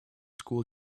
school